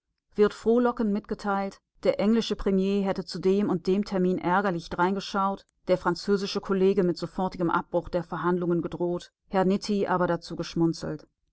wird frohlockend mitgeteilt der englische premier hätte zu dem und dem termin ärgerlich dreingeschaut der französische kollege mit sofortigem abbruch der verhandlungen gedroht herr nitti aber dazu geschmunzelt